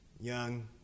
young